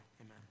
amen